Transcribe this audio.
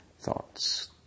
Thoughts